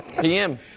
PM